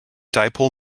dipole